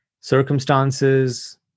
circumstances